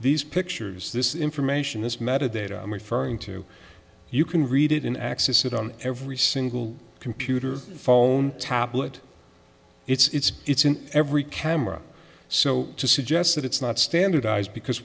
these pictures this information is mehta data referring to you can read it in access it on every single computer phone tablet it's it's in every camera so to suggest that it's not standardized because